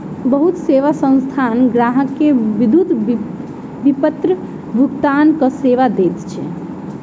बहुत सेवा संस्थान ग्राहक के विद्युत विपत्र भुगतानक सेवा दैत अछि